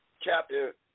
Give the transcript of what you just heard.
chapter